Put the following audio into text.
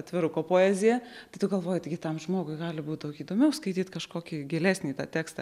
atviruko poezija tai tu galvoji taigi tam žmogui gali būt daug įdomiau skaityt kažkokį gilesnį tą tekstą